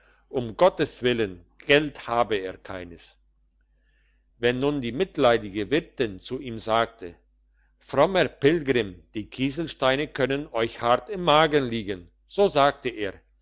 um gottes willen geld habe er keines wenn nun die mitleidige wirtin zu ihm sagte frommer pilgrim die kieselsteine könnten euch hart im magen liegen so sagte er